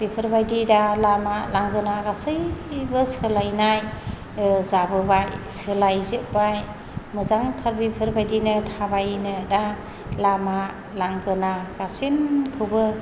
बेफोरबायदि दा लामा लांगोना गासैबो सोलायनाय जाबोबाय सोलायजोब्बाय मोजांथार बेफोरबायदिनो थाबायनो दा लामा लांगोना गासैखौबो